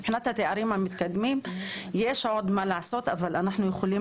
מבחינת התארים המתקדמים יש עוד מה לעשות אבל אנחנו יכולים